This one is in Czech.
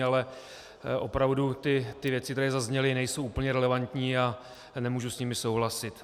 Ale opravdu ty věci, které zazněly, nejsou úplně relevantní a nemůžu s nimi souhlasit.